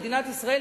מדינת ישראל,